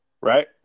Right